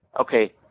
okay